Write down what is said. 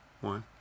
one